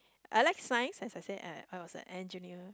I like Science as I said I am a I was a engineer